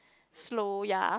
slow ya